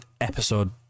Episode